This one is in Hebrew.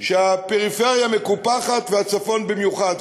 שהפריפריה מקופחת והצפון במיוחד.